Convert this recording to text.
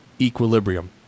equilibrium